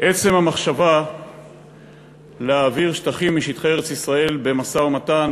עצם המחשבה להעביר שטחים משטחי ארץ-ישראל במשא-ומתן,